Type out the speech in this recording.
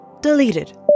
deleted